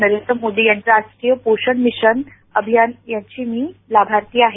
नरेंद्र मोदी यांच्या राष्ट्रीय पोषण मिशन अभियानाची मी लाभार्थी आहे